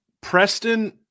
Preston